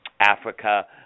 Africa